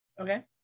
Okay